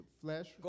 flesh